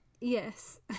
Yes